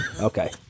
okay